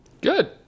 Good